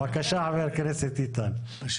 בבקשה, חבר הכנסת איתן.